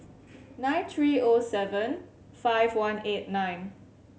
nine three O seven five one eight nine